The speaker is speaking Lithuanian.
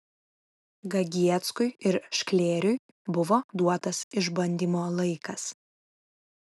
gegieckui ir šklėriui buvo duotas išbandymo laikas